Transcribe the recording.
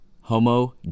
Homo